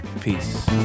Peace